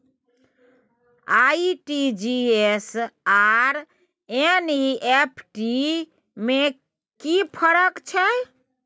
RTG S आर NEFT में कि फर्क छै?